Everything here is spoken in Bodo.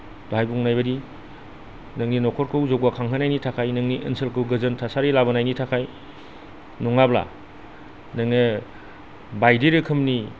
दहाय बुंनाय बायदि नोंनि नखरखौ जौगाखांहोनायनि थाखाय नोंनि ओनसोलखौ गोजोन थासारि लाबोनायनि थाखाय नङाब्ला नोङो बायदि रोखोमनि